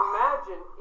Imagine